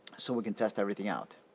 so we can test everything out.